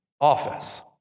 office